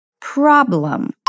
Problem